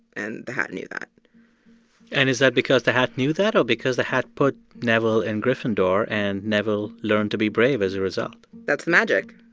and the hat knew that and is that because the hat knew that or because the hat put neville in gryffindor, and neville learned to be brave as a result? that's the magic.